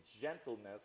gentleness